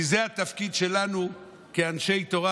כי זה התפקיד שלנו כאנשי תורה,